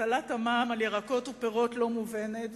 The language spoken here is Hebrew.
הטלת המע"מ על ירקות ופירות לא מובנת.